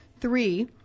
Three